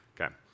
Okay